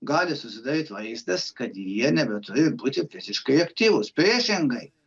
gali susidaryti vaizdas kad jie nebeturi būti fiziškai aktyvūs priešingai